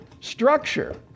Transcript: structure